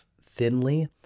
thinly